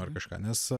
ar kažką nes